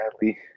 badly